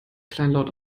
kleinlaut